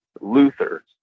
Luther